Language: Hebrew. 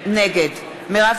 נגד מרב מיכאלי,